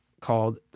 called